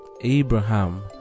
Abraham